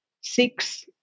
six